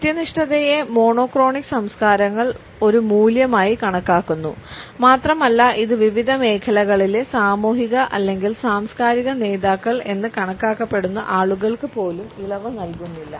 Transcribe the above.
കൃത്യനിഷ്ഠതയെ monochronic സംസ്കാരങ്ങൾ ഒരു മൂല്യമായി കണക്കാക്കുന്നു മാത്രമല്ല ഇത് വിവിധ മേഖലകളിലെ സാമൂഹിക അല്ലെങ്കിൽ സാംസ്കാരിക നേതാക്കൾ എന്ന് കണക്കാക്കപ്പെടുന്ന ആളുകൾക്ക് പോലും ഇളവു നൽകുന്നില്ല